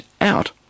out